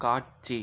காட்சி